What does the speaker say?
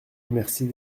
remercie